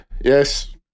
Yes